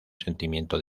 sentimiento